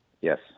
Yes